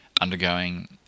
undergoing